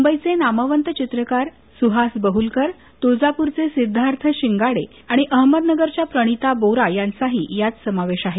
मुंबईचे नामवंत चित्रकार सुहास बहुलकर तुळजापूरचे सिद्धार्थ शिंगाडे आणि अहमदनगरच्या प्रणिता बोरा यांचाही यात समावेश आहे